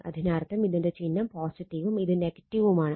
അതിനർത്ഥം ഇതിന്റെ ചിഹ്നം ഉം ഇത് ഉം ആണ്